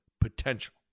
potential